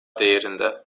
değerinde